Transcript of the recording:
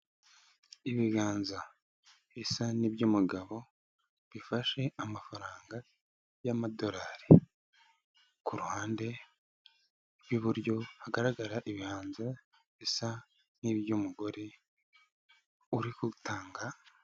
Ibiganza bisa n'iby'umugabo bifashe amafaranga y'amadorari. Kuruhande rw'iburyo hagaragara ibiganza bisa n'iby'umugore uri kutanga...